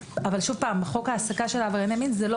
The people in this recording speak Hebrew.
אבל בחוק העסקה של עברייני מין זה לא